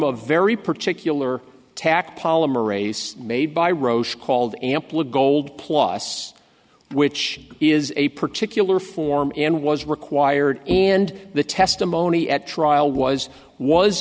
a very particular tack polymerase made by roche called ample of gold plus which is a particular form and was required and the testimony at trial was was